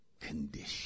condition